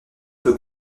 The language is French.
peut